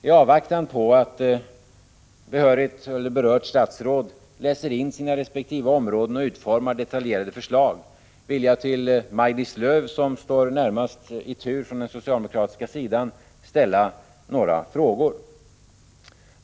I avvaktan på att berört statsråd läser in sina resp. områden och utformar detaljerade förslag vill jag till Maj-Lis Lööw, som står närmast i tur på den socialdemokratiska sidan, ställa några frågor: 1.